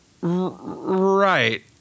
Right